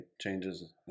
changes